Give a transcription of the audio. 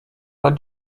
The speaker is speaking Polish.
lat